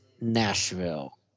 Nashville